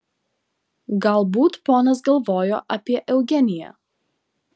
galbūt ponas galvojo apie eugeniją